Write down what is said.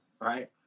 right